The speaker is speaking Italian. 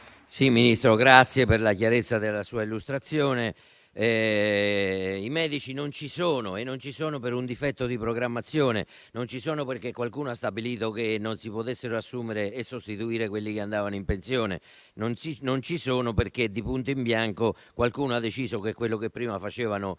il Ministro per la chiarezza della sua illustrazione. I medici non ci sono e ciò è dovuto a un difetto di programmazione. E non ci sono perché qualcuno ha stabilito che non si potessero sostituire quelli che andavano in pensione. E non ci sono perché, di punto in bianco, qualcuno ha deciso che quello che prima facevano